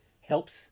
helps